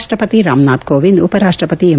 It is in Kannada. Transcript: ರಾಷ್ಲಪತಿ ರಾಮನಾಥ್ ಕೋವಿಂದ್ ಉಪರಾಷ್ಲಪತಿ ಎಂ